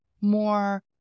more